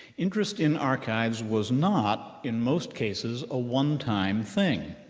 interest in archives was not, in most cases, a one time thing.